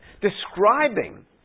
describing